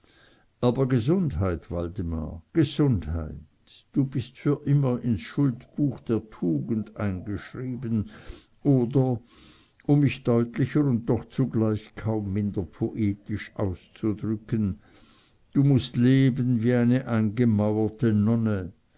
aber gesundheit waldemar gesundheit du bist für immer ins schuldbuch der tugend eingeschrieben oder um mich deutlicher und doch zugleich kaum minder poetisch auszudrücken du mußt leben wie eine eingemauerte nonne